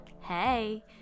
Hey